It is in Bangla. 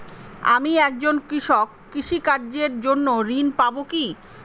আমি একজন কৃষক কৃষি কার্যের জন্য ঋণ পাব কি?